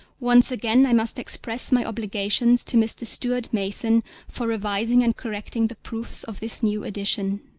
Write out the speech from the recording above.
once again i must express my obligations to mr. stuart mason for revising and correcting the proofs of this new edition.